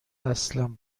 اصلا